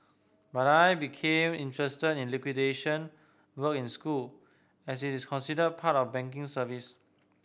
but I became interested in liquidation work in school as it is considered part of banking services